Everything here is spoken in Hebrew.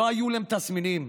לא היו להם תסמינים,